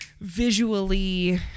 visually